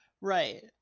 Right